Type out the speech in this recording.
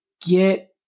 get